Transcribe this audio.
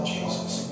Jesus